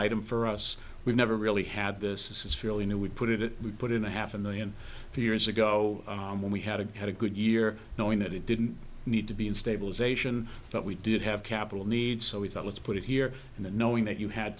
item for us we never really had this is fairly new would put it we put and a half a million years ago when we had a had a good year knowing that it didn't need to be in stabilisation but we did have capital needs so we thought let's put it here and it knowing that you had